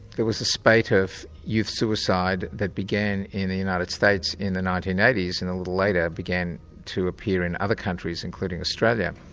there was a spate of youth suicide that began in the united states in the nineteen eighty s and a little later began to appear in other countries, including australia,